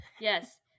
Yes